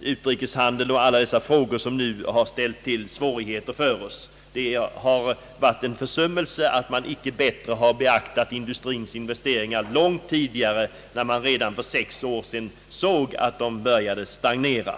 utrikeshandel och alla dessa ting som nu ställt till svårigheter för oss. Det har varit en försummelse att man inte bättre beaktat industrins investeringar långt tidigare, när man redan för sex år sedan såg att de började stagnera.